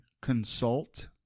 consult